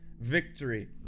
victory